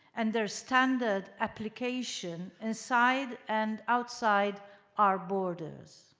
and their standard application inside and outside our borders.